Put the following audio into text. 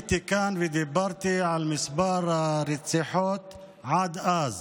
עליתי לכאן ודיברתי על מספר הרציחות עד אז